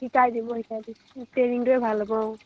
শিকাই দিব শিকাই দিম ট্ৰেইনিংটোৱে ভাল হ'ব অঁ